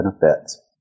benefits